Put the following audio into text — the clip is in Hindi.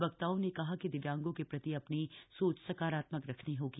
वक्ताओं ने कहा कि दिव्यांगों के प्रति अपनी सोच सकारात्मक रखनी होगी